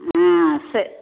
ஆ சரி